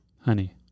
Honey